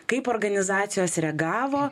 kaip organizacijos reagavo